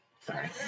Sorry